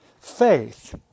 faith